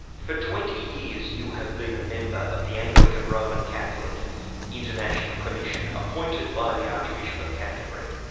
for twenty years, you have been a member of the anglican roman catholic international commission, appointed by the archbishop of canterbury.